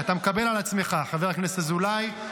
אתה מקבל על עצמך, חבר הכנסת אזולאי.